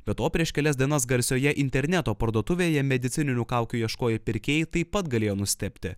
be to prieš kelias dienas garsioje interneto parduotuvėje medicininių kaukių ieškojo pirkėjai taip pat galėjo nustebti